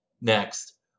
next